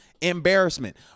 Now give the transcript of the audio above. embarrassment